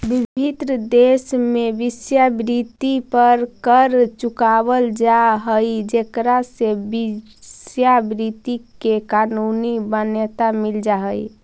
विभिन्न देश में वेश्यावृत्ति पर कर चुकावल जा हई जेकरा से वेश्यावृत्ति के कानूनी मान्यता मिल जा हई